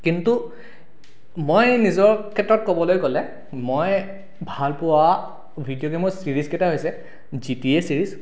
কিন্তু মই নিজৰ ক্ষেত্ৰত ক'বলৈ গ'লে মই ভাল পোৱা ভিডিঅ' গেমৰ ছিৰিজ কেইটা হৈছে জি টি এ ছিৰিজ